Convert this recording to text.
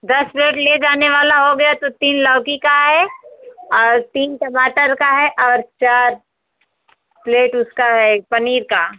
दस प्लेट ले जाने वाला हो गया तो तीन लौकी का है और तीन टमाटर का है और चार प्लेट उसका है पनीर का